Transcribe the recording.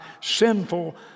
sinful